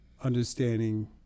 understanding